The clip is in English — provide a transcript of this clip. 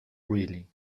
really